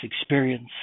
experience